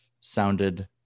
sounded